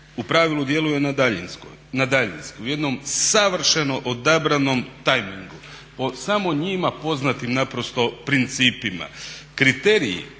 u pravilu djeluje na daljinski, u jednom savršeno odabranom tajmingu, o samo njima poznatim naprosto principima. Kriteriji